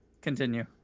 Continue